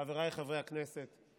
חבריי חברי הכנסת,